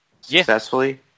successfully